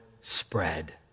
spread